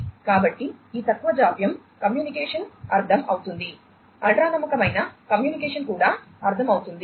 కాబట్టి ఈ తక్కువ జాప్యం కమ్యూనికేషన్ అర్థం అవుతుంది అల్ట్రా నమ్మకమైన కమ్యూనికేషన్ కూడా అర్థం అవుతుంది